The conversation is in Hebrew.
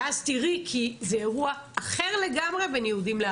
זה ממש לא נכון.